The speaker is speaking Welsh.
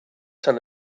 tan